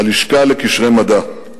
הלשכה לקשרי מדע.